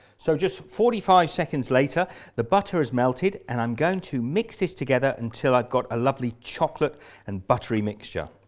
so just forty five seconds later the butter is melted and i'm going to mix this together until i've got a lovely chocolate and buttery mixture.